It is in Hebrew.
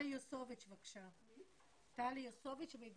התקצוב של ההסתדרות לא היה אמור לתחזק פעילות,